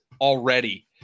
already